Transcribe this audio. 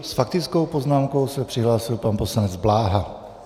S faktickou poznámkou se přihlásil pan poslanec Bláha.